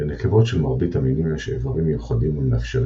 לנקבות של מרבית המינים יש איברים מיוחדים המאפשרים